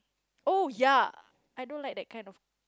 oh ya I don't like that kind of